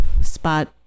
spot